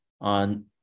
on